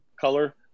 color